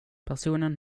personen